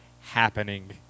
happening